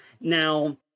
Now